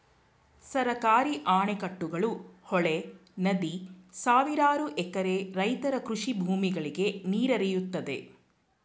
ಸರ್ಕಾರಿ ಅಣೆಕಟ್ಟುಗಳು, ಹೊಳೆ, ನದಿ ಸಾವಿರಾರು ಎಕರೆ ರೈತರ ಕೃಷಿ ಭೂಮಿಗಳಿಗೆ ನೀರೆರೆಯುತ್ತದೆ